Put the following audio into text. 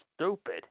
stupid